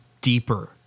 deeper